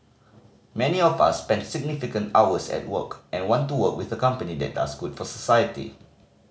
many of us spend significant hours at work and want to work with a company that does good for society